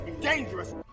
Dangerous